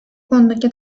konudaki